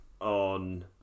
on